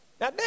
Now